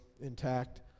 intact